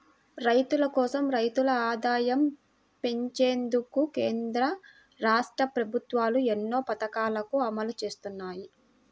రైతుల కోసం, రైతుల ఆదాయం పెంచేందుకు కేంద్ర, రాష్ట్ర ప్రభుత్వాలు ఎన్నో పథకాలను అమలు చేస్తున్నాయి